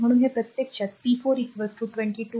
म्हणून हे प्रत्यक्षात r p 4 22 ते 0